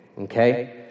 okay